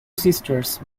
sisters